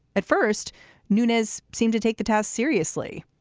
at first nunez seemed to take the task seriously.